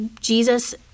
Jesus